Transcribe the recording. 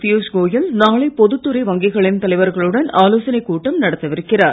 பீயுஷ் கோயல் நாளை பொதுத்துறை வங்கிகளின் தலைவர்களுடன் ஆலோசனைக் கூட்டம் நடத்தவிருக்கிறார்